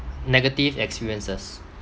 negative experiences